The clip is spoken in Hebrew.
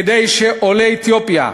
כדי שעולי אתיופיה,